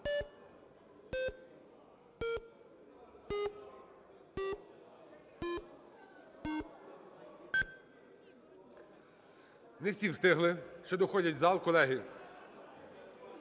Не всі встигли, ще доходять в зал колеги.